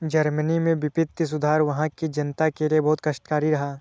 Germany में वित्तीय सुधार वहां की जनता के लिए बहुत कष्टकारी रहा